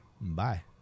Bye